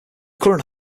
current